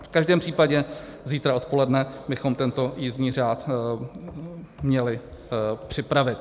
V každém případě zítra odpoledne bychom tento jízdní řád měli připravit.